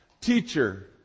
teacher